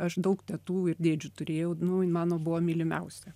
aš daug tetų ir dėdžių turėjau nu jin mano buvo mylimiausia